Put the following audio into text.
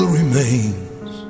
remains